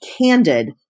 candid